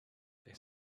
they